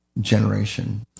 generation